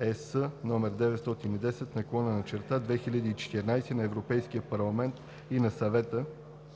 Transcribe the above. (ЕС) № 910/2014 на Европейския парламент и на Съвета